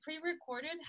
pre-recorded